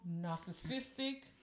narcissistic